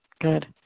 good